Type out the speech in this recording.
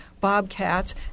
bobcats